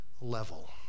level